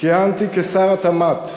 כיהנתי כשר התמ"ת.